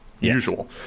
usual